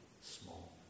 small